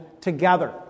together